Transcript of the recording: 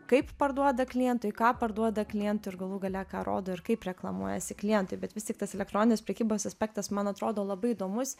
kaip parduoda klientui ką parduoda klientui ir galų gale ką rodo ir kaip reklamuojasi klientai bet vis tik tas elektroninės prekybos aspektas man atrodo labai įdomus